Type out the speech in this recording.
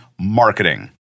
Marketing